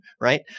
right